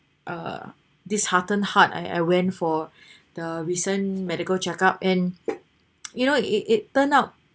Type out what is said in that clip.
uh disheartened heart I I went for the recent medical check up and you know it it turned out